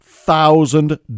thousand